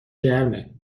گرمه